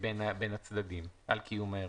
בין הצדדים על קיום האירוע.